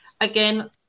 again